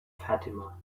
fatima